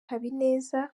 habineza